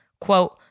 Quote